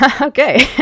Okay